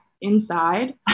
inside